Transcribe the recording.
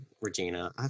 Regina